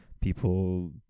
people